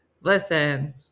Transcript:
Listen